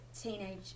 teenage